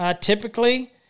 typically